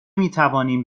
میتوانیم